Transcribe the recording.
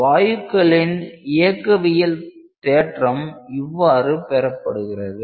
வாயுக்களின் இயக்கவியல் தேற்றம் இவ்வாறு பெறப்படுகிறது